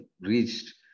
reached